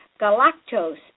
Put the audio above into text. galactose